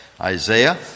Isaiah